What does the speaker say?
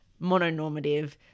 mononormative